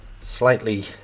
slightly